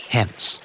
Hence